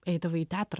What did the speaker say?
eidavai į teatrą